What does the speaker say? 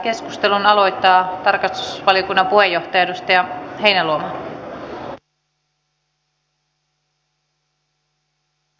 keskustelun aloittaa tarkastusvaliokunnan puheenjohtaja edustaja heinäluoma